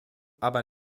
aber